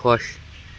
خۄش